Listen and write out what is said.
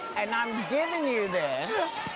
and i'm giving you this